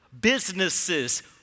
Businesses